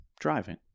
driving